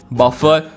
buffer